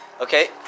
Okay